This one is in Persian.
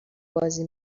بازی